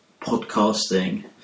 podcasting